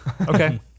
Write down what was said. okay